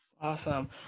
awesome